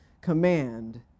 command